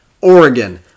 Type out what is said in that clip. Oregon